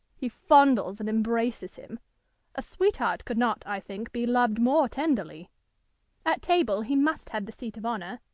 he fondles and embraces him a sweetheart could not, i think, be loved more tenderly at table he must have the seat of honour,